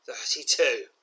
Thirty-two